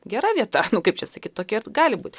gera vieta kaip čia sakyt tokia gali būt